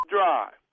Drive